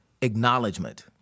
acknowledgement